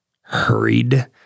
hurried